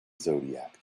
zodiac